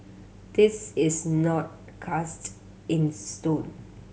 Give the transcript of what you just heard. this is not cast in stone